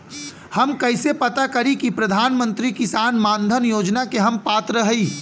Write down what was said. हम कइसे पता करी कि प्रधान मंत्री किसान मानधन योजना के हम पात्र हई?